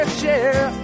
share